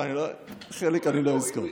אבל חלק אני לא אזכור.